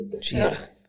Jesus